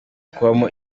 kubamo